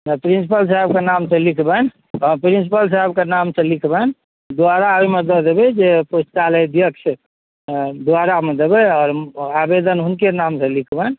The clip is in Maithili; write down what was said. प्रिन्सिपल साहबके नाम से लिखबनि प्रिन्सिपल साहबके नाम से लिखबनि द्वारा ओहिमे दऽ देबै जे पुस्तकालय अध्यक्ष द्वारामे देबै आओर आ वेदन हुनके नाम से लिखबनि